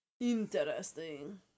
Interesting